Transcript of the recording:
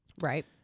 right